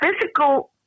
physical